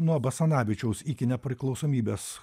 nuo basanavičiaus iki nepriklausomybės